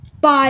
Bye